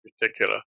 particular